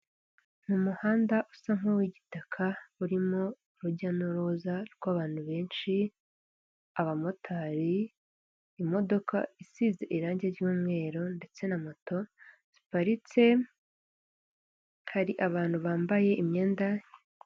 Umuhanda usa nk'uwigitaka urimo urujya n'uruza rwabantu benshi, abamotari, imodoka isize irangi ry'umweru ndetse na moto ziparitse hari abantu bambaye imyenda.